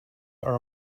are